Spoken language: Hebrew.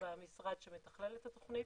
במשרד שמתכלל את התוכנית.